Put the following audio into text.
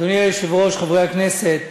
אדוני היושב-ראש, חברי הכנסת,